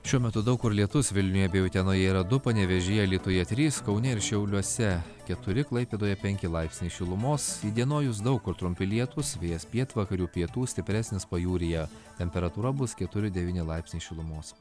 šiuo metu daug kur lietus vilniuje bei utenoje yra du panevėžyje alytuje trys kaune ir šiauliuose keturi klaipėdoje penki laipsniai šilumos įdienojus daug kur trumpi lietūs vėjas pietvakarių pietų stipresnis pajūryje temperatūra bus keturi devyni laipsniai šilumos